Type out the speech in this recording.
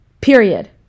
Period